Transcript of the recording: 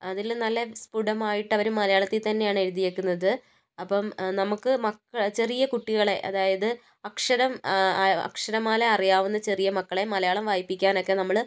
അതില് നല്ല സ്ഫുടമായിട്ട് അവർ മലയാളത്തിൽ തന്നെയാണ് എഴുതിയിരിക്കുന്നത് അപ്പം നമുക്ക് മക്ക ചെറിയ കുട്ടികളെ അതായത് അക്ഷരം അക്ഷരമാല അറിയാവുന്ന ചെറിയ മക്കളെ മലയാളം വായിപ്പിക്കാനൊക്കെ നമ്മൾ